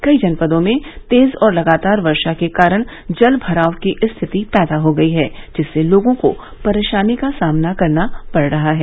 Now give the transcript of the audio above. कई जनपदों में तेज और लगातार वर्षा के कारण जल भराव की स्थिति पैदा हो गई है जिससे लोगों को परेशानी का सामना करना पड़ रहा है